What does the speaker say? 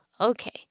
Okay